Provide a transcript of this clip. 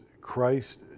Christ